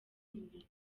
imbere